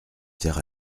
terre